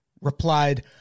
replied